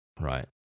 right